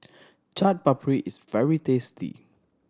Chaat Papri is very tasty